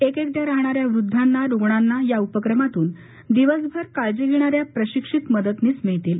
एकेक ्विंग राहणाऱ्या वृद्धांना रुग्णांना या उपक्रमातून दिवसभर काळजी घेणाऱ्या प्रशिक्षित मदनीस मिळतील